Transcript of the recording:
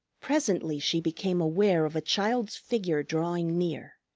presently she became aware of a child's figure drawing near.